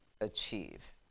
achieve